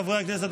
חברי הכנסת,